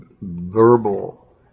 verbal